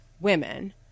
women